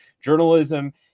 journalism